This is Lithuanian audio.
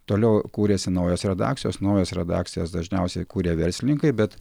toliau kūrėsi naujos redakcijos naujas redakcijas dažniausiai kurė verslininkai bet